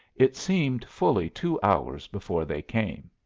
it seemed fully two hours before they came.